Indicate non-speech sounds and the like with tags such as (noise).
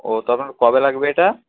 ও (unintelligible) কবে লাগবে এটা